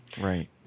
Right